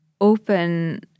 open